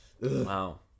Wow